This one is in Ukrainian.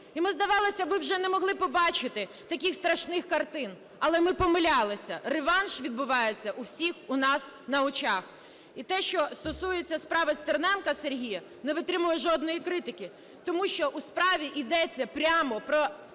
І ми, здавалось би, уже не могли побачити таких страшних картин, але ми помилялися. Реванш відбувається у всіх у нас на очах. І те, що стосується справи Стерненка Сергія, не витримує жодної критики, тому що у справі йдеться прямо про